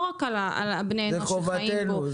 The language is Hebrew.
לא רק על בני האנוש שחיים פה.